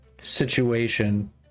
situation